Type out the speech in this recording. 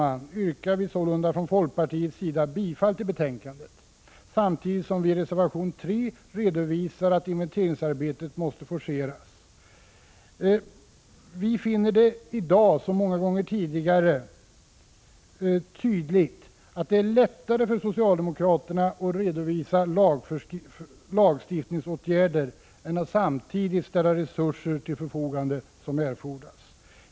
Sammanfattningsvis yrkar vi således från folkpartiets sida Se bifall till utskottets hemställan samtidigt som vi i resefvation 3 redovisar åsikten att inventeringsarbetet måste forceras. Vi finner det i dag som många gånger tidigare tydligt att det är lättare för socialdemokraterna att redovisa lagstiftningsåtgärder än att ställa de resurser till förfogande som erfordras.